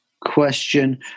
question